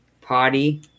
potty